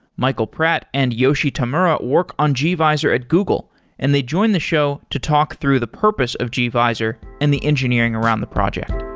michael pratt and yoshi tamura work on gvisor at google and they join the show to talk through the purpose of gvisor and the engineering around the project.